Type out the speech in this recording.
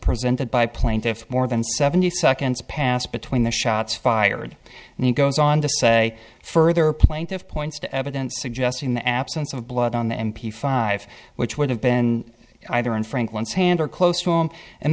presented by plaintiffs more than seventy seconds passed between the shots fired and he goes on to say further plaintiff points to evidence suggesting the absence of blood on the m p five which would have been either in franklin's hands or close to him and